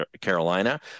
Carolina